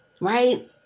right